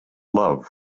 love